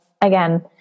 again